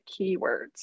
keywords